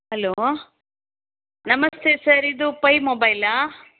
hello ನಮಸ್ತೆ sir ಇದು ಪೈ ಮೊಬೈಲಾ